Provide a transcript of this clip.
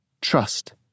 Trust